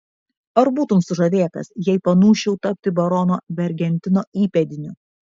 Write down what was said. ar būtum sužavėtas jei panūsčiau tapti barono vergentino įpėdiniu